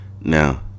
now